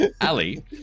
Ali